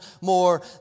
more